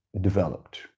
developed